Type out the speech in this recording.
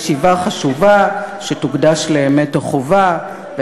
ישיבה חשובה / שתוקדש ל'אמת או חובה'; /